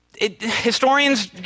Historians